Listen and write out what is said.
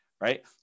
Right